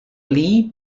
lee